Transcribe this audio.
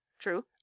True